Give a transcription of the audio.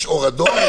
יש אור אדום,